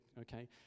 okay